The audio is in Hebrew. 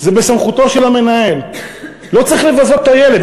וזה בסמכותו של המנהל: לא צריך לבזות את הילד.